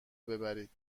ببرید